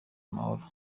amahoro